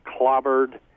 clobbered